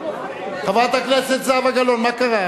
מדובר בחקיקה, חברת הכנסת זהבה גלאון, מה קרה?